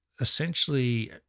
essentially